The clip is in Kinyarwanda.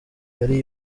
yari